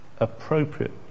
appropriate